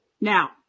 Now